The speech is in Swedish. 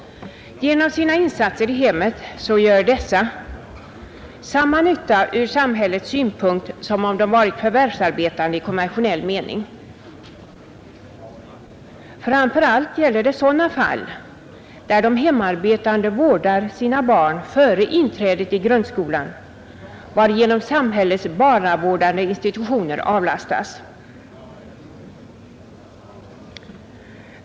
Genom sina insatser i hemmet gör dessa samma nytta ur samhällets synpunkt som om de varit förvärvsarbetande i konventionell mening. Framför allt gäller det sådana fall där de hemarbetande vårdar sina barn före inträdet i grundskolan, varigenom samhällets barnavärdande institutioner avlastas.